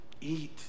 eat